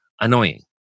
annoying